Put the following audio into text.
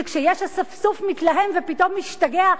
שכשיש אספסוף מתלהם ופתאום משתגע,